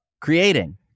creating